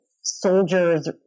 soldiers